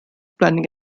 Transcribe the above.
planning